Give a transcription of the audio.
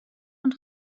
und